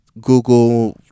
Google